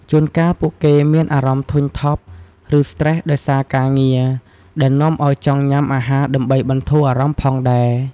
ជួនកាលពួកគេមានអារម្មណ៍ធុញថប់ ឬស្ត្រេសដោយសារការងារ ដែលនាំឱ្យចង់ញ៉ាំអាហារដើម្បីបន្ធូរអារម្មណ៍ផងដែរ។